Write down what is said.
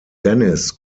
dennis